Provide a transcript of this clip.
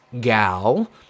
gal